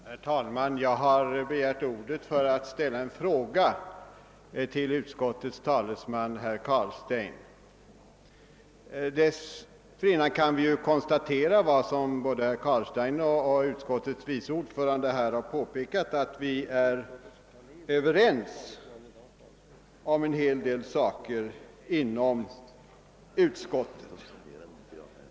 Herr talman! Jag har begärt ordet för att ställa en fråga till reservanternas talesman herr Carlstein. Dessförinnan vill jag dock konstatera att vi inom utskottet är, som herr Carlstein och utskottets vice ordförande här påpekat, överens om en hel del saker.